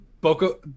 Boko